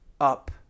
up